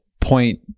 point